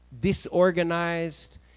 disorganized